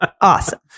Awesome